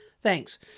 Thanks